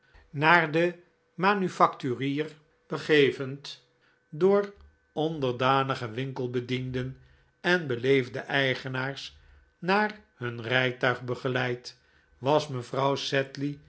naar den manufacturier begevend door onderdanige winkelbedienden en beleefde eigenaars naar het rijtuig begeleid was mevrouw